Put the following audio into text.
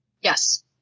Yes